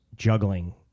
juggling